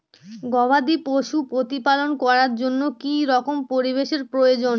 গবাদী পশু প্রতিপালন করার জন্য কি রকম পরিবেশের প্রয়োজন?